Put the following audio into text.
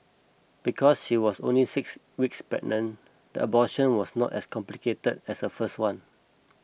because she was only six weeks pregnant the abortion was not as complicated as her first one